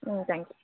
ம் thank you